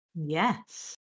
yes